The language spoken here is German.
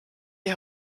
die